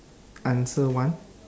answer one